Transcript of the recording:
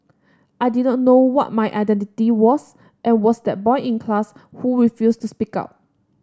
I did not know what my identity was and was that boy in class who refused to speak up